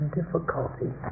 difficulty